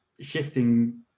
shifting